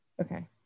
okay